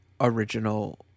original